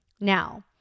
Now